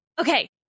Okay